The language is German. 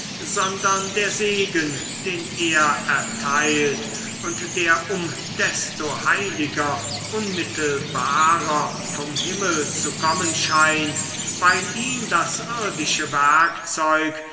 sondern der segen den er erteilt und der um desto heiliger unmittelbarer vom himmel zu kommen scheint weil ihn das